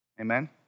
Amen